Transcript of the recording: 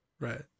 Right